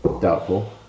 Doubtful